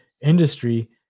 industry